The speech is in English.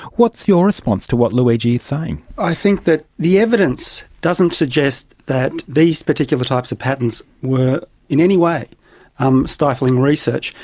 what's your response to what luigi is saying? i think that the evidence doesn't suggest that these particular types of patents were in any way um stifling research.